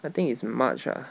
I think it's march ah